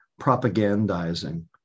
propagandizing